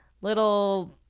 little